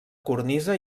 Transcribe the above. cornisa